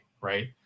right